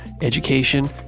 education